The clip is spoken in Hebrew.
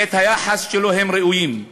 ואת היחס שהם ראויים לו.